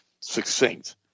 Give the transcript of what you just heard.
succinct